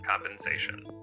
Compensation